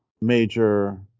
major